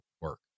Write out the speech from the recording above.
work